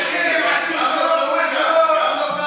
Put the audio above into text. איזה הזדמנות, איזה הזדמנות?